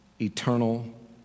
eternal